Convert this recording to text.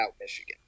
Michigan